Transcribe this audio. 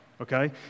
okay